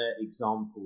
example